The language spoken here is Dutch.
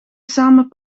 samen